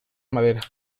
madera